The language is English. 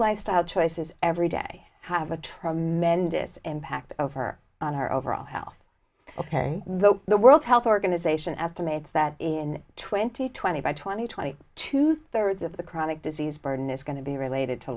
choices every day have a tremendous impact over on her overall health ok though the world health organization estimates that in twenty twenty by twenty twenty two thirds of the chronic disease burden is going to be related to